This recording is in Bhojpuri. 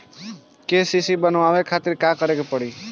के.सी.सी बनवावे खातिर का करे के पड़ी?